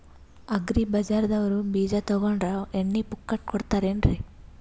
Agri ಬಜಾರದವ್ರು ಬೀಜ ತೊಗೊಂಡ್ರ ಎಣ್ಣಿ ಪುಕ್ಕಟ ಕೋಡತಾರೆನ್ರಿ?